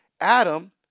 Adam